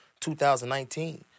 2019